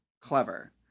clever